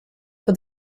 for